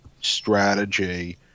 strategy